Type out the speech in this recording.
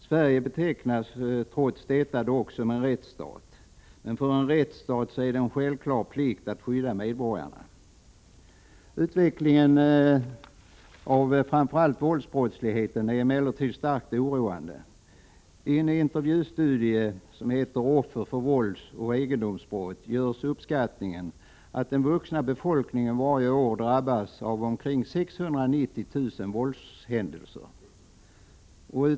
Sverige betecknas trots detta som en rättsstat. Men för en rättsstat är det en självklar plikt att skydda medborgarna. Utvecklingen av framför allt våldsbrottsligheten är emellertid starkt oroande. I en intervjustudie, Offer för våldsoch egendomsbrott, görs uppskattningen att den vuxna befolkningen varje år drabbas av omkring 690 000 våldshändelser.